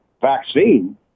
vaccine